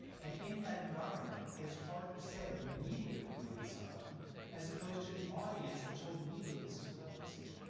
and in that environment it is harder to say the media created someone as opposed to the audience that told the media, this is what i want to see.